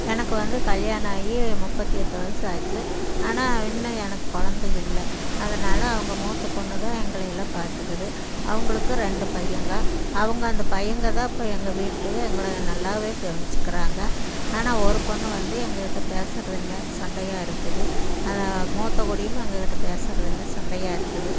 எனக்கு வந்து கல்யாணம் ஆகி முப்பத்து எட்டு வருஷம் ஆச்சு ஆனால் இன்னும் எனக்கு குழந்த இல்லை அதனால் அவங்க மூத்த பொண்ணு தான் எங்களையெல்லாம் பார்த்துக்குது அவங்களுக்கும் ரெண்டு பையங்கள் அவங்க அந்த பையங்கள் தான் இப்போ எங்கள் வீட்டிலயே எங்களை நல்லாவே கவனிச்சுக்கிறாங்க ஆனால் ஒரு பொண்ணு வந்து எங்கள்கிட்ட பேசுகிறதில்ல சண்டையாக இருக்குது அது மூத்த குடியும் எங்கள்கிட்ட பேசுகிறதில்ல சண்டையாக இருக்குது